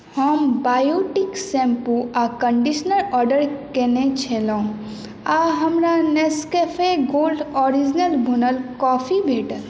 हम Biotique shampoo आ conditioner order कयने छलहुँ आ हमरा नेस्कैफ़े गोल्ड ओरिजिनल भूनल कॉफी भेटल